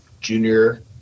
junior